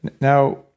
Now